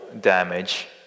Damage